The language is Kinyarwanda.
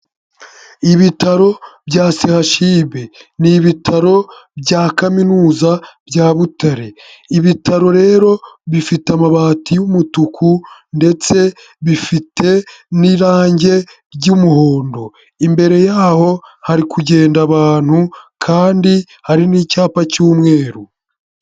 Ibitaro bya CHUB, ni ibitaro bya kaminuza bya Butare, ibitaro rero bifite amabati y'umutuku ndetse bifite n'irangi ry'umuhondo, imbere y'aho hari kugenda abantu kandi hari n'icyapa cy'umweru.